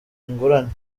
ingurane